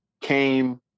came